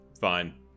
fine